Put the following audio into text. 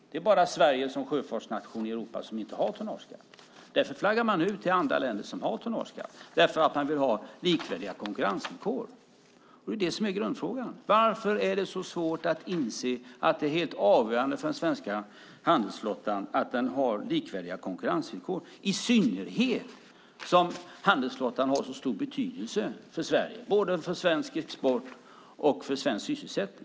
Det är bara Sverige som sjöfartsnation i Europa som inte har tonnageskatt. Därför flaggar man ut till andra länder som har tonnageskatt. Man vill ha likvärdiga konkurrensvillkor. Det är det som är grundfrågan. Varför är det så svårt att inse att det är helt avgörande för den svenska handelsflottan att ha likvärdiga konkurrensvillkor, i synnerhet som handelsflottan har så stor betydelse för Sverige, både för svensk export och för svensk sysselsättning?